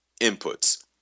inputs